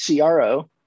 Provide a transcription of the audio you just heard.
CRO